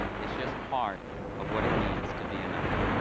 it's just part of what it means to be a knight.